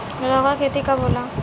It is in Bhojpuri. लौका के खेती कब होला?